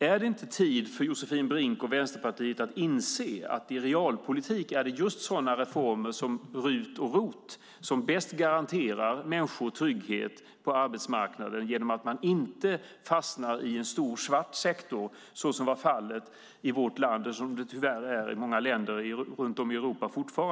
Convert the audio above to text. Är det inte tid för Josefin Brink och Vänsterpartiet att inse att i realpolitik är det just reformer som RUT och ROT som bäst garanterar människor trygghet på arbetsmarknaden genom att man inte fastnar i en stor svart sektor, så som tidigare var fallet i vårt land och tyvärr fortfarande är fallet i många länder runt om i Europa?